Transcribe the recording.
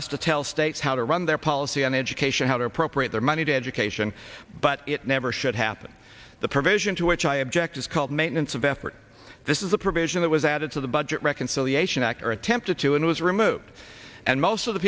us to tell states how to run their policy on education how to appropriate their money to education but it never should happen the provision to which i object is called maintenance of effort this is a provision that was added to the budget reconciliation act or attempted to and was removed and most of the